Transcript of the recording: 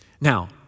Now